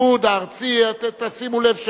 שימו לב,